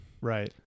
Right